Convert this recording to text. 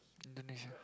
Indonesia